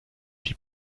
die